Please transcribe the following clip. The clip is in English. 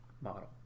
model